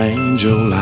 angel